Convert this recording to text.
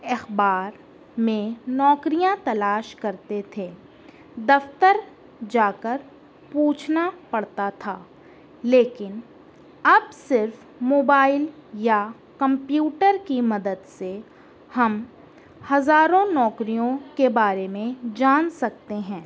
اخبار میں نوکریاں تلاش کرتے تھے دفتر جا کر پوچھنا پڑتا تھا لیکن اب صرف موبائل یا کمپیوٹر کی مدد سے ہم ہزاروں نوکریوں کے بارے میں جان سکتے ہیں